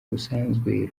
rusanzwe